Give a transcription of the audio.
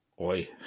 Oi